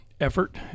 effort